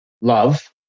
love